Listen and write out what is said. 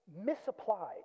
misapplied